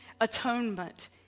Atonement